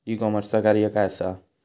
E कॉमर्सचा कार्य काय असा?